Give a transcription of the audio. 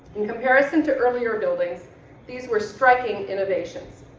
in comparison to earlier buildings these were striking innovations.